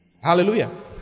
Hallelujah